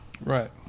Right